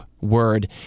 word